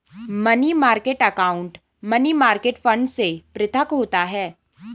money market account money market fund से पृथक होता है